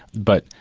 but,